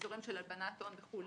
שבאזורים של הלבנת הון וכו',